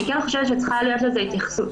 אני כן חושבת שצריכה להיות לזה התייחסות.